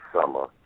summer